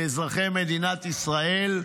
לאזרחי מדינת ישראל,